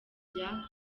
rya